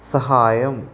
സഹായം